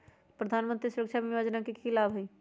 प्रधानमंत्री सुरक्षा बीमा योजना के की लाभ हई?